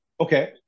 Okay